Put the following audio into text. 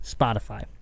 Spotify